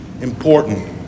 important